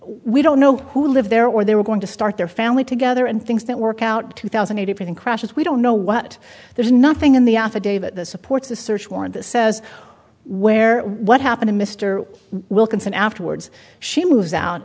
we don't know who live there or they were going to start their family together and things didn't work out two thousand eight hundred crashes we don't know what there's nothing in the affidavit supports the search warrant that says where what happened to mr wilkinson afterwards she moves out